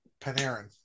Panarin